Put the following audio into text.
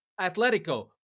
Atletico